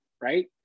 right